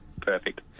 Perfect